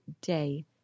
day